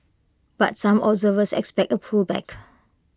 but some observers expect A pullback